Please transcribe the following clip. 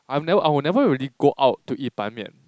I've never I would never really go out to eat Ban Mian